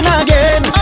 again